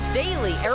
daily